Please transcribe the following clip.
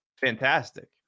Fantastic